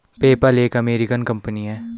PayPal एक American company है